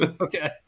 Okay